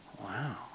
Wow